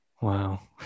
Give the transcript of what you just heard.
Wow